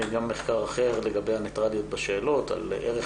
היה גם מחקר אחר, לגבי הניטרליות בשאלות, על ערך